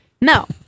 No